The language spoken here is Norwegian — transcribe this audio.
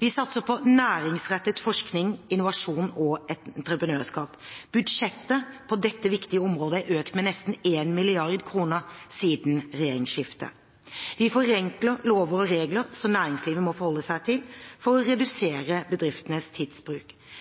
Vi satser på næringsrettet forskning, innovasjon og entreprenørskap. Budsjettet på dette viktige området er økt med nesten 1 mrd. kr siden regjeringsskiftet. Vi forenkler lover og regler som næringslivet må forholde seg til, for å redusere bedriftenes tidsbruk.